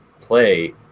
play